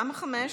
כנסת נכבדה,